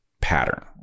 pattern